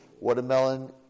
watermelon